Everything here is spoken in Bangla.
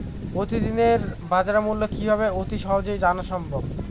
প্রতিদিনের বাজারমূল্য কিভাবে অতি সহজেই জানা সম্ভব?